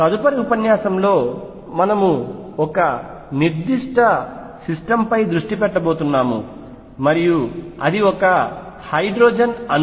తదుపరి ఉపన్యాసంలో మనము ఒక నిర్దిష్ట సిస్టమ్ పై దృష్టి పెట్టబోతున్నాము మరియు అది ఒక హైడ్రోజన్ అణువు